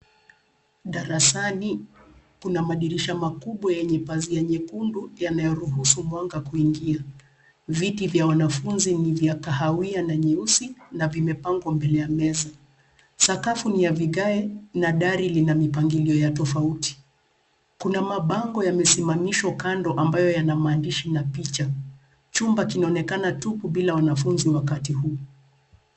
Darasani kuna madirisha makubwa yenya pazia nyekundu yanayoruhusu mwanga kuingia. Viti vya wanafunzi ni vya kahawia na nyeusi na vimepangwa mbele ya meza. Sakafu ni ya vigae na dari lina mipangilio tofauti. Kuna mabango yamesimamishwa kando ambayo yana maandishi na picha. Chumba kinaonekana tupu bila wanafunzi wakati huu.